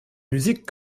musique